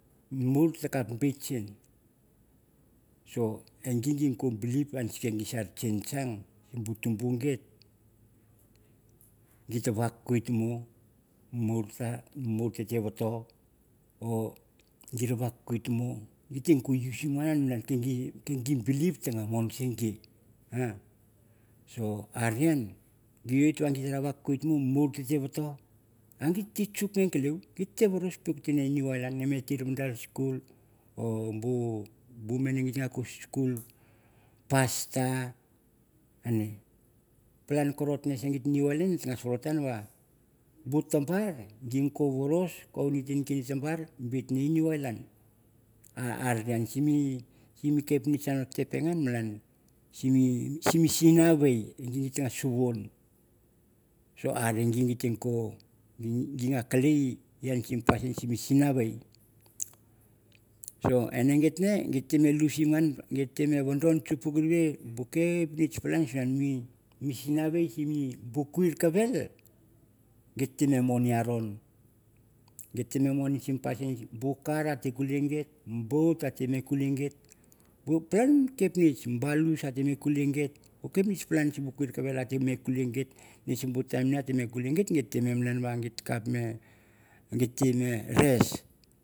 Mur ta kup bit sin soe e ge git te bo belip so ge kinchang bu tin bu git git ta vakwit mo mur ta vator or git ta vakwit be te bo usim ngan ken be bilip a te mon sen git so are aw ge wit na vakwit mur ta gelew git te veros pelik keuk a new ireland na me tere mandar skul, or bu mane skul pastor plan kerot se git e new ireland e nas verotan na vu tabar gi ngas veros konite, tabar bit ne new ireland a ren sen mi kapnitch or or tem. no pengan malan sim mi sinavei. awe git. Ne git lusim ngan git no vadon chuck reivi bu kapnitch palan eksen sinah o. u bu quirkavell git tem no mon i aron. Git tem no moon sim bu pasin bu kar tem no kulei git mi boat tem no kulei bu palan kapnitch balus tem no kulei git. bu palan kapntich mi quirkvell atem no kullen git sem mi time nege tem no res.